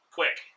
quick